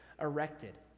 erected